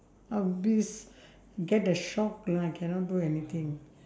I'll be s~ get the shock lah cannot do anything